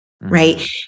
Right